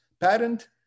patent